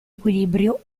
equilibrio